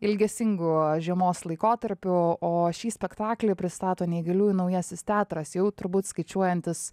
ilgesingu žiemos laikotarpiu o šį spektaklį pristato neįgaliųjų naujasis teatras jau turbūt skaičiuojantis